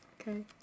okay